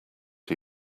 are